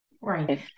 right